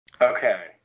Okay